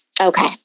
Okay